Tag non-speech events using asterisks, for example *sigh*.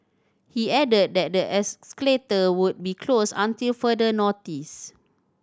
he added that the as *unintelligible* would be closed until further notice